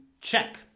check